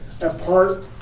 apart